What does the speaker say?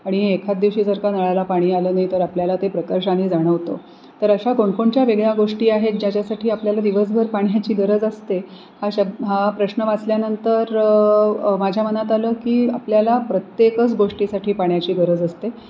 आणि एखाद दिवशी जर का नळाला पाणी आलं नाही तर आपल्याला ते प्रकर्षाने जाणवतो तर अशा कोणकोणच्या वेगळ्या गोष्टी आहेत ज्याच्यासाठी आपल्याला दिवसभर पाण्याची गरज असते हा शब् हा प्रश्न वाचल्यानंतर माझ्या मनात आलं की आपल्याला प्रत्येकच गोष्टीसाठी पाण्याची गरज असते